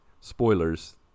spoilers